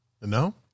No